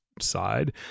side